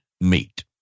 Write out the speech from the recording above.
meat